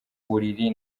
buriri